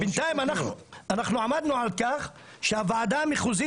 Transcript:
בינתיים אנחנו עמדנו לכך שהוועדה המחוזית